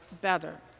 better